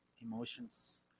emotions